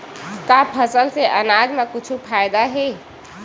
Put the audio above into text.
का फसल से आनाज मा कुछु फ़ायदा हे?